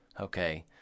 okay